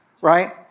Right